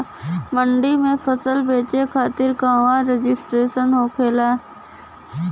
मंडी में फसल बेचे खातिर कहवा रजिस्ट्रेशन होखेला?